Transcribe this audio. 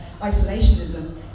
isolationism